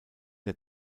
der